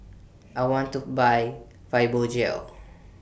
I want to Buy Fibogel